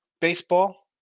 Baseball